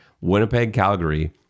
Winnipeg-Calgary